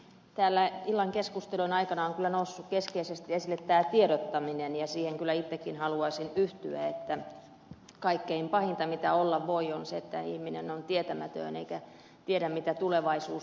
täällä illan keskustelun aikana on noussut keskeisesti esille tiedottaminen ja siihen itsekin haluaisin yhtyä että kaikkein pahinta mitä olla voi on se että ihminen on tietämätön eikä tiedä mitä tulevaisuus tuo